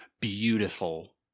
beautiful